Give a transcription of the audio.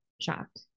shocked